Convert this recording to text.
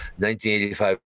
1985